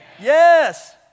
Yes